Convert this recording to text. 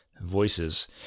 voices